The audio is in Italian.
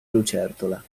lucertola